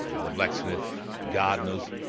the blacksmith, gardeners.